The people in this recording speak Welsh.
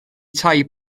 tai